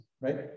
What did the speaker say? right